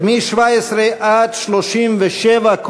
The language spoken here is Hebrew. מסעיף 17 עד סעיף 37,